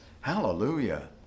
Hallelujah